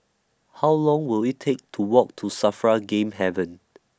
How Long Will IT Take to Walk to SAFRA Game Haven